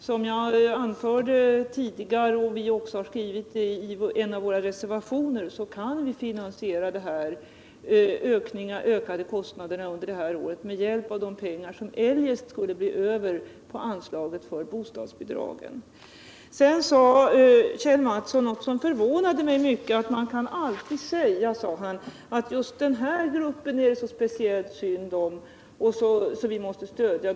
Som jag anfört tidigare och som vi också skrivit i en av våra reservationer, kan vi finansiera de ökade kostnaderna under det här året med hjälp av de pengar som eljest skulle bli över på anslaget för bostadsbidragen. Kjell Mattsson sade något som förvånade mig mycket. Man kan alltid säga, sade han, att just den här gruppen är det så speciellt synd om så den måste vi stödja.